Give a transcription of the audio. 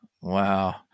Wow